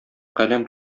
каләм